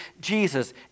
Jesus